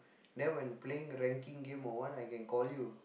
then when playing ranking game or what I can call you